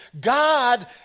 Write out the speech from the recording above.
God